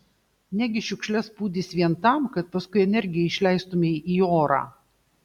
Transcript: negi šiukšles pūdys vien tam kad paskui energiją išleistumei į orą